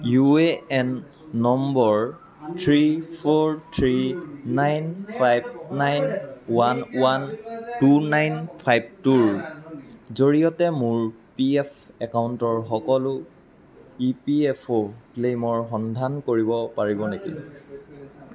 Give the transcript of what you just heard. U A N number three four three nine five nine one one two nine five টুৰ জৰিয়তে মোৰ P F একাউণ্টৰ সকলো E P F O ক্লেইমৰ সন্ধান কৰিব পাৰিব নেকি